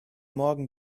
morgen